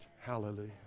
Hallelujah